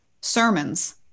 sermons